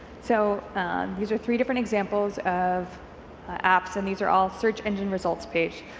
so these are three different examples of apps and these are all search engine results page.